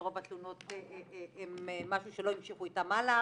שרוב התלונות הן משהו שלא המשיכו איתן הלאה,